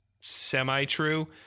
semi-true